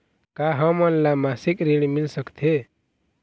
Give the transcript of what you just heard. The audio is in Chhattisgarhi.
का हमन ला मासिक ऋण मिल सकथे?